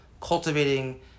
cultivating